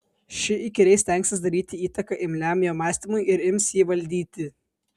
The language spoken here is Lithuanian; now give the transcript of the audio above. ši įkyriai stengsis daryti įtaką imliam jo mąstymui ir ims jį valdyti